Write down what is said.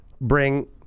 bring